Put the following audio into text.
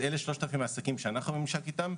אלה 3,000 העסקים שאנחנו בממשק איתם.